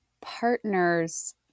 partner's